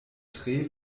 tre